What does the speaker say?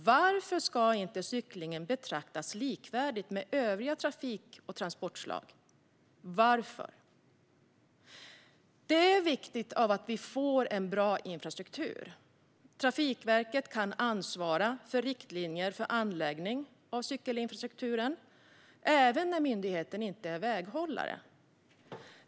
Varför ska inte cyklingen betraktas som likvärdig med övriga trafik och transportslag? Varför? Det är viktigt att vi får en bra infrastruktur. Trafikverket kan ansvara för riktlinjer för anläggning av cykelinfrastrukturen även när myndigheten inte är väghållare.